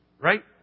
Right